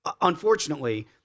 Unfortunately